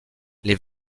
les